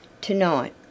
Tonight